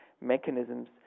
mechanisms